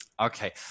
Okay